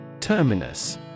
Terminus